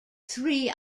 three